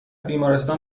بیمارستان